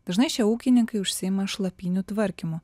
dažnai šie ūkininkai užsiima šlapynių tvarkymu